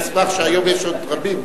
תשמח שהיום יש עוד רבים.